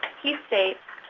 he states,